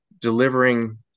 delivering